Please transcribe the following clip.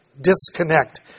disconnect